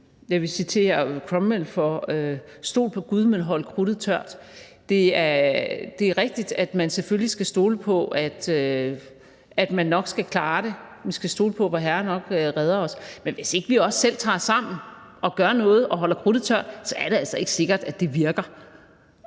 er rigtigt, at man selvfølgelig skal stole på, at man nok skal klare det, man skal stole på, at Vorherre nok redder os, men hvis ikke vi også selv tager os sammen og gør noget og holder krudtet tørt, er det altså ikke sikkert, at det virker.